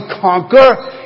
conquer